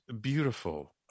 beautiful